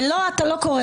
ולו אתה לא קורא לסדר.